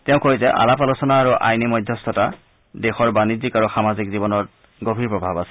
তেওঁ কয় যে আলাপ আলোচনা আৰু আইনী মধ্যস্থতাৰ দেশৰ বাণিজ্যিক আৰু সামাজিক জীৱনত গভীৰ প্ৰভাৱ আছে